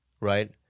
right